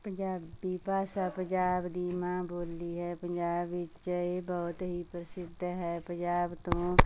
ਪੰਜਾਬੀ ਭਾਸ਼ਾ ਪੰਜਾਬ ਦੀ ਮਾਂ ਬੋਲੀ ਹੈ ਪੰਜਾਬ ਵਿੱਚ ਇਹ ਬਹੁਤ ਹੀ ਪ੍ਰਸਿੱਧ ਹੈ ਪੰਜਾਬ ਤੋਂ